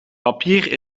papier